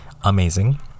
amazing